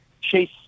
Chase